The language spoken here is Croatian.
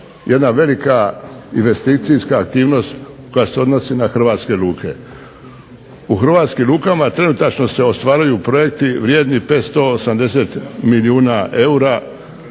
jedna velika investicijska aktivnost koja se odnosi na hrvatske luke. U hrvatskim lukama trenutačno se ostvaruju projekti vrijedni 580 milijuna eura